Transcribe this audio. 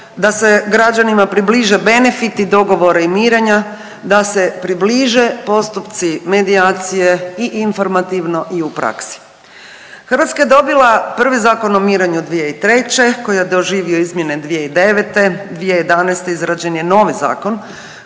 da se građanima približe benefiti dogovora i mirenja, da se približe postupci medijacije i informativno i u praksi. Hrvatska je dobila prvi Zakon o mirenju 2003. koji je doživio izmjene 2009., 2011. izrađen je novi zakon